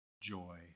joy